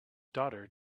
daughter